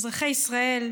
אזרחי ישראל: